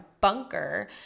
bunker